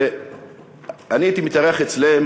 ואני הייתי מתארח אצלם,